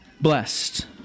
blessed